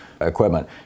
equipment